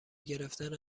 گرفتن